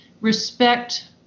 respect